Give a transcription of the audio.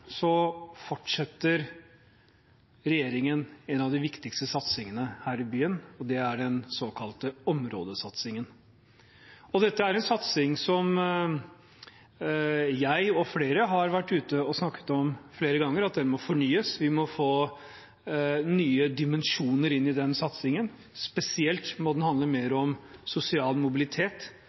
fortsetter regjeringen en av de viktigste satsingene her i byen: den såkalte områdesatsingen. Det er en satsing som jeg og flere har vært ute og snakket om flere ganger, at den må fornyes. Vi må få nye dimensjoner inn i den satsingen. Spesielt må den handle mer om sosial mobilitet,